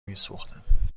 میسوختم